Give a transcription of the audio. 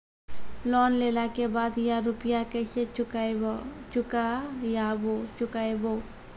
Loan लेला के बाद या रुपिया केसे चुकायाबो?